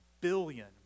billion